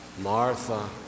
Martha